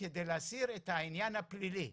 על מנת להסיר את העניין הפלילי.